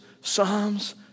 Psalms